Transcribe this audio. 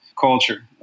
culture